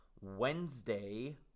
Wednesday